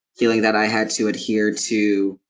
feeling that i had to adhere to